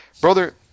Brother